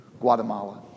Guatemala